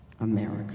America